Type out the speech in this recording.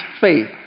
faith